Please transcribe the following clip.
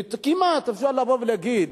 כמעט אפשר לבוא ולהגיד: